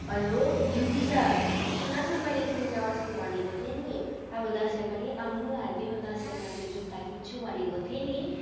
हलो युनिसा सुनन मैले तिमीलाई अस्ति भनेको थेँ नि आबो दशैँ पनि आउनु आट्यो दशैँमा त्यो जुत्ता किन्छु भनेको थेँ नि